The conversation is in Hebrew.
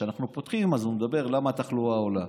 כשאנחנו פותחים, אז הוא מדבר על למה התחלואה עולה.